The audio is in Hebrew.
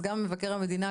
אז גם מבקר המדינה,